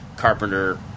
carpenter